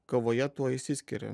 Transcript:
kovoje tuo išsiskiria